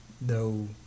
no